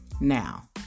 Now